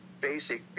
basic